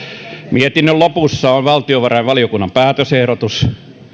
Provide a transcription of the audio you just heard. mietinnön lopussa on valtiovarainvaliokunnan päätösehdotus